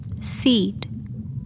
Seed